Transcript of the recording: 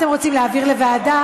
מה אתם רוצים, להעביר לוועדה?